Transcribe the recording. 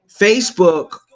Facebook